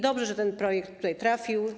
Dobrze, że ten projekt tutaj trafił.